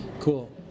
Cool